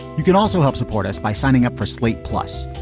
you can also help support us by signing up for slate. plus,